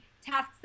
Tasks